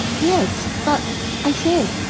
yes but i say!